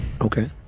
Okay